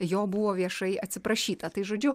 jo buvo viešai atsiprašyta tai žodžiu